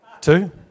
Two